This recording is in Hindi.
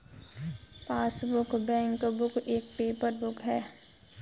पासबुक, बैंकबुक एक पेपर बुक है